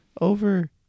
over